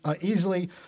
easily